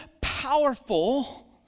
powerful